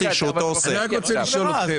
אני רק רוצה לשאול אתכם,